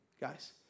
guys